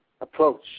approach